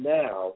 now